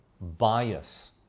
bias